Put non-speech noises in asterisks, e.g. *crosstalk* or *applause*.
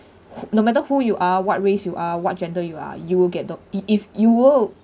*noise* no matter who you are what race you are what gender you are you will get tho~ if if you will